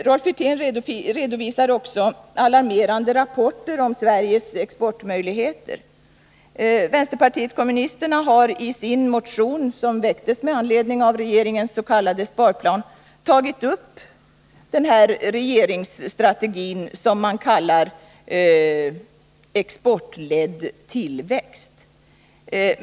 Rolf Wirtén redovisar också alarmerande rapporter om Sveriges export möjligheter. Vänsterpartiet kommunisterna har i sin motion som väcktes Nr 54 med anledning av regeringens s.k. sparplan tagit upp den här regeringsstrategin, som man kallar exportledd tillväxt.